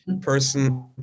person